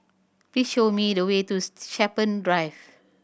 please show me the way to Shepherds Drive